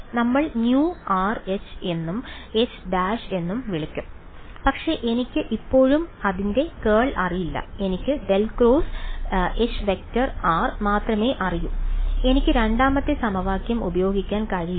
നമ്മൾ nu r H എന്നും H dash എന്നും വിളിച്ചു പക്ഷെ എനിക്ക് ഇപ്പോഴും അതിന്റെ കേൾ അറിയില്ല എനിക്ക് ∇× H→ മാത്രമേ അറിയൂ എനിക്ക് രണ്ടാമത്തെ സമവാക്യം ഉപയോഗിക്കാൻ കഴിയില്ല